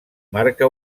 marca